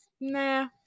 nah